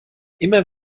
immer